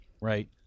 right